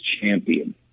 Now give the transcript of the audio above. champion